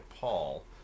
Paul